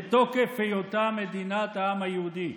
בתוקף היותה מדינת העם היהודי.